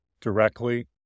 directly